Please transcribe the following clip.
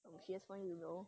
she wants you know